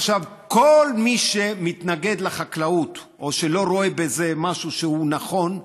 כל מי שמתנגד לחקלאות או שלא רואה בזה משהו שהוא נכון,